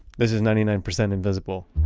this is ninety nine percent invisible.